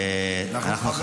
אנחנו חברים.